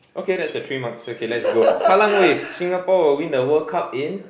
okay that's a three marks okay let's go Kallang wave Singapore will win the World Cup in